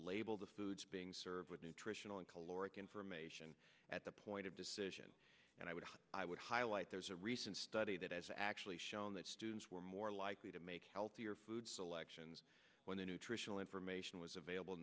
label the foods being served with nutritional and caloric information at the point of decision and i would i would there's a recent study that has actually shown that students were more likely to make healthier food selections when the nutritional information was available